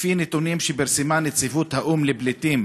לפי נתונים שפרסמה נציבות האו"ם לפליטים,